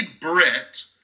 Brit